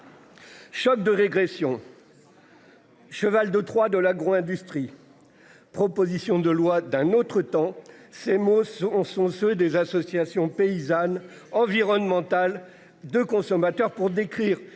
Choc de régression. Cheval de Troie de l'agro-industrie. Proposition de loi d'un autre temps, ces mots sont sont ceux des associations paysannes environnementales de consommateurs pour décrire